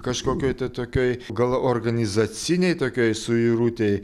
kažkokioj tokioj gal organizacinėj tokioj suirutėj